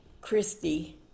Christy